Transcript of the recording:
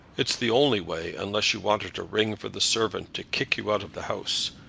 it's the only way, unless you want her to ring for the servant to kick you out of the house.